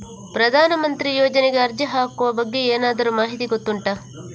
ಪ್ರಧಾನ ಮಂತ್ರಿ ಯೋಜನೆಗೆ ಅರ್ಜಿ ಹಾಕುವ ಬಗ್ಗೆ ಏನಾದರೂ ಮಾಹಿತಿ ಗೊತ್ತುಂಟ?